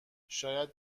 شاید